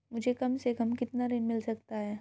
मुझे कम से कम कितना ऋण मिल सकता है?